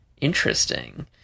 interesting